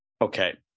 okay